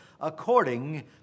according